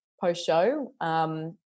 post-show